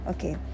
Okay